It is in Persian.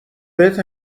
بهت